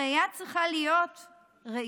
הראייה צריכה להיות אוניברסלית,